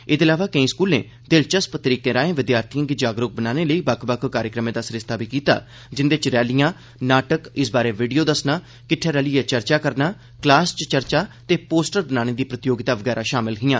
एदे इलावा केई स्कूलें च दिलचस्प तरीके राएं विद्यार्थिएं गी जागरूक बनाने लेई बक्ख बक्ख कार्यक्रमें दा सरिस्ता बी कीता जिंदे च रैलियां नाटक इस बारै वीडियो दस्सना किट्ठै रलिए चर्चा करना क्लास च चर्चा ते पोस्टर बनाने दी प्रतियोगिता वगैरा षामल हियां